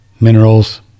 minerals